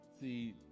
See